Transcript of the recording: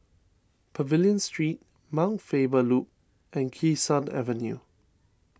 Pavilion Street Mount Faber Loop and Kee Sud Avenue